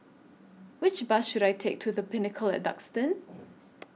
Which Bus should I Take to The Pinnacle Duxton